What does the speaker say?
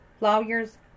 lawyers